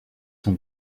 son